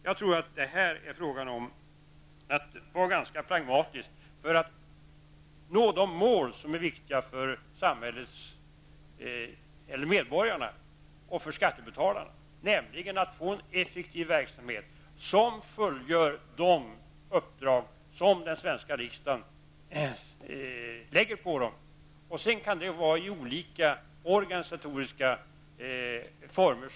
Jag tror att det här blir fråga om att vara ganska pragmatisk för att nå det mål som är viktigt för medborgarna och skattebetalarna, nämligen att få en effektiv verksamhet som fullgör de uppdrag som den svenska riksdagen har beställt. Det hela kan ske i olika organisatoriska former.